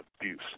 abuse